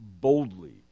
boldly